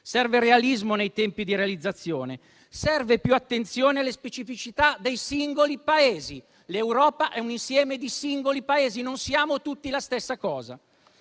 europee, realismo nei tempi di realizzazione e più attenzione alle specificità dei singoli Paesi. L'Europa è un insieme di singoli Paesi, non siamo tutti la stessa cosa.